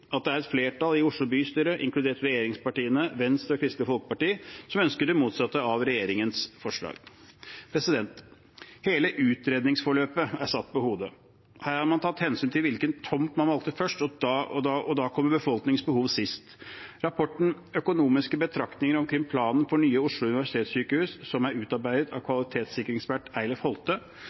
at det er et flertall i Oslo bystyre, inkludert regjeringspartiene Venstre og Kristelig Folkeparti, som ønsker det motsatte av regjeringens forslag. Hele utredningsforløpet er satt på hodet. Her har man tatt hensyn til hvilken tomt man valgte først, og da kom befolkningens behov sist. Rapporten «Økonomiske betraktninger omkring planen for Nye Oslo universitetssykehus», som er utarbeidet av kvalitetssikringsekspert Eilif Holte,